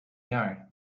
jaar